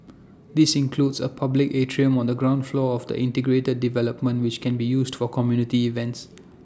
these includes A public atrium on the ground floor of the integrated development which can be used for community events